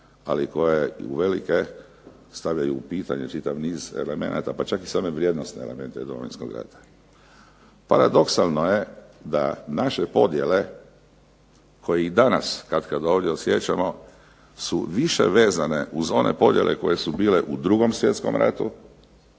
ali koje uvelike stavljaju u pitanje čitav niz elemenata, pa čak i same vrijednosne elemente Domovinskog rata. Paradoksalno je da naše podjele koje i danas katkad ovdje osjećamo su više vezane uz one podjele koje su bile u 2. svjetskom ratu